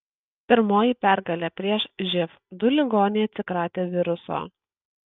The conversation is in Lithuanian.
pirmoji pergalė prieš živ du ligoniai atsikratė viruso